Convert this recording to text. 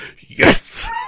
Yes